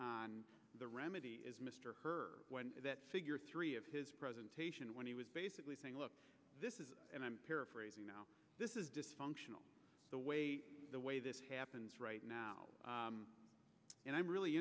on the remedy is mr her when that figure three of his presentation when he was basically saying look this is and i'm paraphrasing now this is dysfunctional the way the way this happens right now and i'm really